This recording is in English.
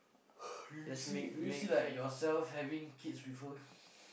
do you see do you see like yourself having kids with her